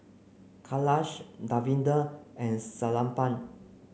Kailash Davinder and Sellapan